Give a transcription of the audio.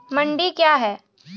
मंडी क्या हैं?